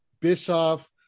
bischoff